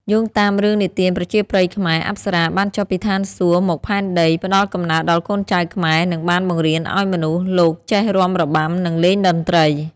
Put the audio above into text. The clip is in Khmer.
យោងតាមរឿងនិទានប្រជាប្រិយខ្មែរ អប្សរាបានចុះពីឋានសួគ៌មកផែនដី ផ្តល់កំណើតដល់កូនចៅខ្មែរ និងបានបង្រៀនឱ្យមនុស្សលោកចេះរាំរបាំ និងលេងតន្ត្រី។